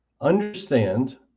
Understand